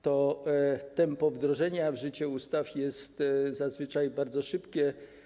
To tempo wdrożenia w życie ustaw jest zazwyczaj bardzo szybkie.